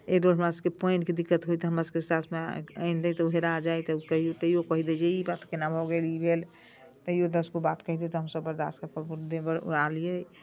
एहि डोर हमरा सबके पानि के दिक्कत होइ तऽ हमर सबके साउस माय आनि दै तऽ ओ हेरा जाइ तहियो कहि दै जे ई बात केना भऽ गेल ई भेल तहियो दस गो बात कहै दै तऽ हमसब बरदास्त कऽ कऽ लिए